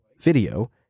Video